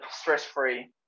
stress-free